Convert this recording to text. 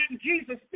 Jesus